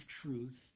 truth